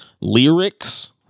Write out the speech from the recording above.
lyrics